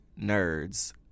Nerds